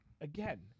again